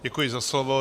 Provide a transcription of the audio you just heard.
Děkuji za slovo.